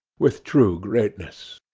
with true greatness